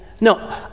No